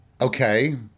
Okay